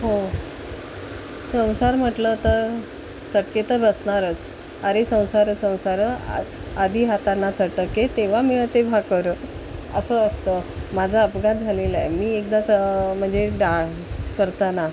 हो संसार म्हटलं तर चटके तर बसणारच अरे संसार संसार आ आधी हातांना चटके तेव्हा मिळते भाकर असं असतं माझा अपघात झालेला आहे मी एकदाच म्हणजे डाळ करताना